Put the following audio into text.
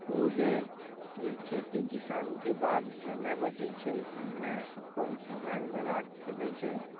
ओ जे किछु खेती किसानीके बाद समय बचै छै ओहिमे अपन समय लगा सकै छै